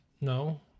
no